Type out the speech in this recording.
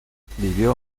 vivió